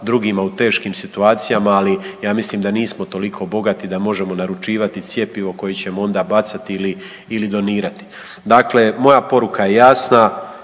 drugima u teškim situacijama, ali ja mislim da nismo toliko bogati da možemo naručivati cjepivo koje ćemo onda bacati ili donirati. Dakle, moja poruka je jasna.